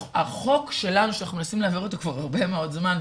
החוק שלנו שאנחנו מנסים להעביר אותו כבר הרבה מאוד זמן,